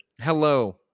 Hello